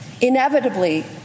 inevitably